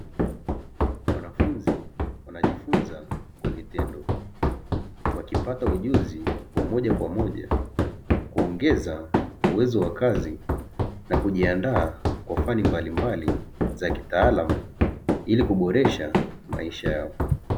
Wanafunzi wanajifunza kwa vitendo wakipata ujuzi wa moja kwa moja, kuongeza uwezo wa kazi na kujiandaa kwa fani mbalimbali za kitaalamu ili kuboresha maisha yao.